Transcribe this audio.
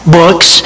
books